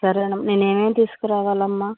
సరేనమ్ నేను ఏమేమి తీసుకురావాలమ్మ